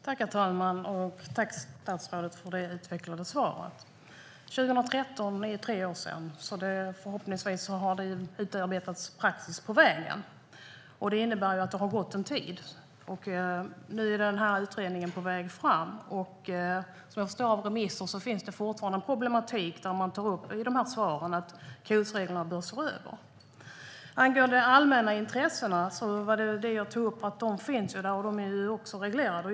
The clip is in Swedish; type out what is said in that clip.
Herr talman! Tack, statsrådet, för det utvecklade svaret! År 2013 är tre år sedan, så förhoppningsvis har det utarbetats praxis på vägen. Det har ju gått en tid. Nu är utredningen på väg fram. Vad jag förstår av remisser finns det fortfarande en problematik där man i de här svaren tar upp att KOS-reglerna bör ses över. Angående de allmänna intressena: Jag tog upp att de finns och att de är reglerade.